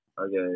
Okay